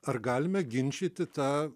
ar galime ginčyti tą